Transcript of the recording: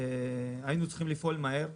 היינו צריכים לפעול מהר.